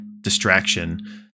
distraction